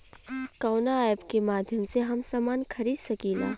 कवना ऐपके माध्यम से हम समान खरीद सकीला?